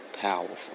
powerful